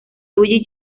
luigi